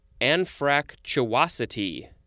anfractuosity